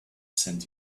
sent